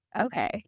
Okay